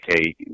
okay